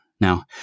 Now